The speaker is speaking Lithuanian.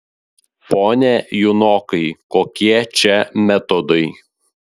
pone junokai kokie čia metodai